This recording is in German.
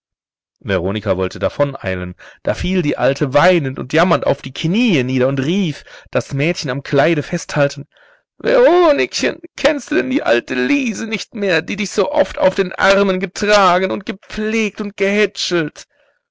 veronika wollte davoneilen da fiel die alte weinend und jammernd auf die kniee nieder und rief das mädchen am kleide festhaltend veronikchen kennst du denn die alte liese nicht mehr die dich so oft auf den armen getragen und gepflegt und